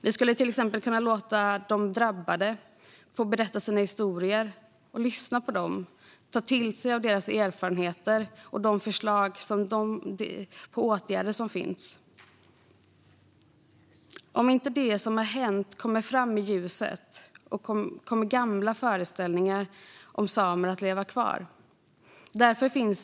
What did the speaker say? Vi skulle till exempel kunna låta de drabbade berätta sina historier och lyssna på dem och ta till oss av deras erfarenheter och de förslag på åtgärder som finns. Om inte det som har hänt kommer fram i ljuset kommer gamla föreställningar om samer att leva kvar.